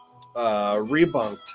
Rebunked